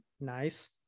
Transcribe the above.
Nice